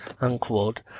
unquote